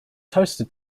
toaster